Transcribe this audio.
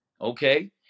okay